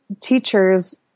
teachers